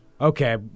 okay